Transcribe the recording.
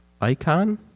icon